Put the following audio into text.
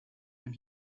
when